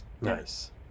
nice